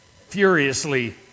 furiously